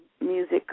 music